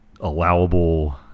allowable